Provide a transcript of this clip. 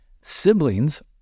Siblings